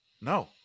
no